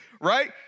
right